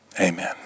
amen